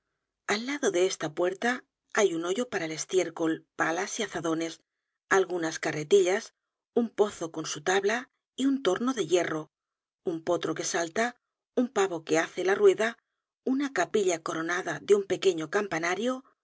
al lado de esta puerta hay un hoyo para el estiércol palas y azadones algunas carretillas un pozo con su tabla y un torno de hierro un potro que salta un pavo que hace la rueda una capilla coronada de un pequeño companario